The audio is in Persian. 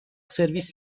سرویس